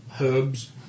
herbs